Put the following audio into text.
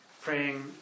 praying